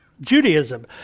Judaism